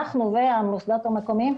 אנחנו והמוסדות המקומיים,